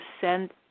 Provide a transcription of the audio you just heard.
send